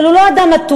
אבל הוא לא אדם אטום.